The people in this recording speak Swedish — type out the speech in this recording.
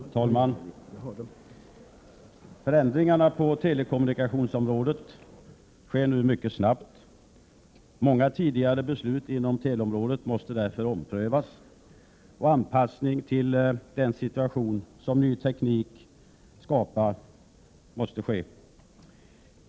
Herr talman! Förändringarna på telekommunikationsområdet sker nu mycket snabbt. Många tidigare beslut inom teleområdet måste därför omprövas, och anpassning till den situation som ny teknik skapar måste ske.